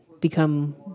become